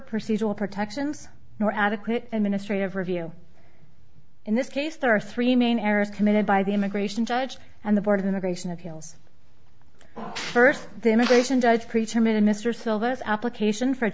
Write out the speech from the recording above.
procedural protections nor adequate administrative review in this case there are three main errors committed by the immigration judge and the board of immigration appeals first the immigration judge pre term in mr silvis application for